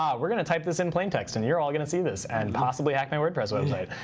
um we're going to type this in plain text, and you're all going to see this and possibly hack my wordpress website.